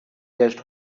just